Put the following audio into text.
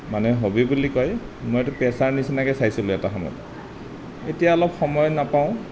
মানে হবি বুলি কয় মই এইটো পেচাৰ নিচিনাকৈ চাইছিলোঁ এটা সময়ত এতিয়া অলপ সময় নাপাওঁ